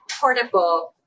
portable